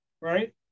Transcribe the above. right